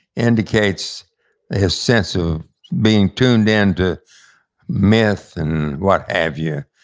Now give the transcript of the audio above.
indicates his sense of being tuned into myth and what have you,